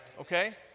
Okay